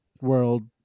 world